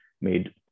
made